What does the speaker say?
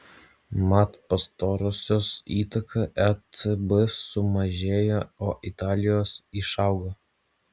mat pastarosios įtaka ecb sumažėjo o italijos išaugo